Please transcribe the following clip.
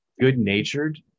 good-natured